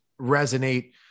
resonate